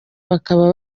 bakaba